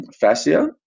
fascia